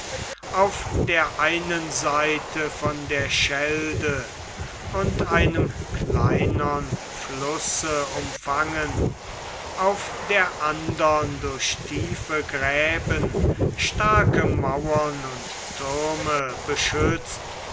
auf der einen seite von der schelde und einem kleinern flusse umfangen auf der andern durch tiefe gräben starke mauern und thürme beschützt